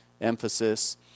emphasis